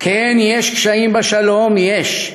כן, יש קשיים בשלום, יש,